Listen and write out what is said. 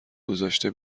گذاشته